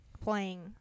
playing